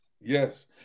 Yes